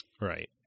Right